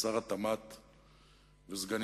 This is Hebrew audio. שר התמ"ת וסגניתו.